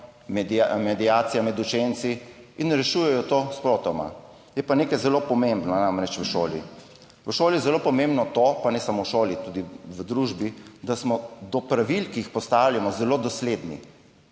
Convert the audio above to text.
mediacija med učenci, in rešujejo to spotoma. Je pa nekaj zelo pomembno v šoli, v šoli je zelo pomembno to, pa ne samo v šoli, tudi v družbi, da smo do pravil, ki jih postavljamo, zelo dosledni.